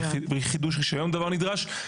וכפי שחידוש רישיון הוא דבר נדרש,